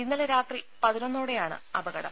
ഇന്നലെ രാത്രി പതിനൊന്നോടെയാണ് അപകടം